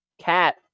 cat